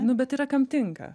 nu bet yra kam tinka